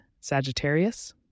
Sagittarius